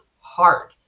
hard